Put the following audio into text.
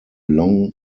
long